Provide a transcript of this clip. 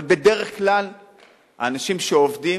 אבל בדרך כלל האנשים שעובדים,